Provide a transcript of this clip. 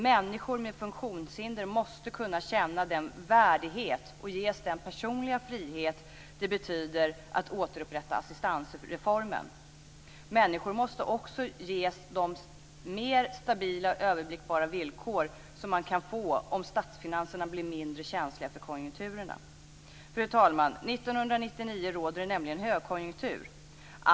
Människor med funktionshinder måste kunna känna den värdighet och ges den personliga frihet som ett återupprättande av assistansreformen betyder. Människor måste också ges de mer stabila och överblickbara villkor som man kan få om statsfinanserna blir mindre känsliga för konjunkturer. Fru talman! 1999 råder det högkonjunktur.